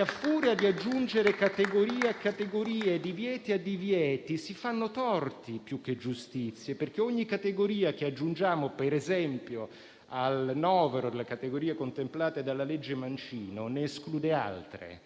A furia di aggiungere categorie a categorie e divieti a divieti, si fanno torti più che giustizie perché ogni categoria che aggiungiamo, per esempio, al novero delle categorie contemplate dalla cosiddetta legge Mancino ne esclude altre.